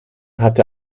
hatte